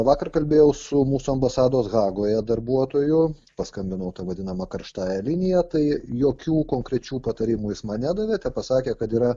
vakar kalbėjau su mūsų ambasados hagoje darbuotoju paskambinau ta vadinama karštąja linija tai jokių konkrečių patarimų jis man nedavė tepasakė kad yra